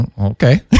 okay